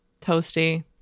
toasty